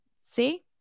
see